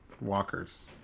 walkers